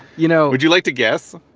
you know would you like to guess?